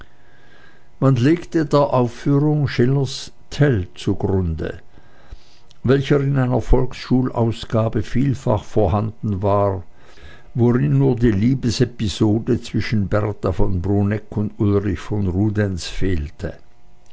man legte der aufführung schillers tell zugrunde welcher in einer volksschulausgabe vielfach vorhanden war darin nur die liebesepisode zwischen berta von bruneck und ulrich von rudenz fehlte